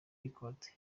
records